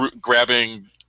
grabbing